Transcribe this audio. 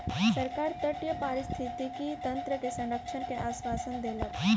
सरकार तटीय पारिस्थितिकी तंत्र के संरक्षण के आश्वासन देलक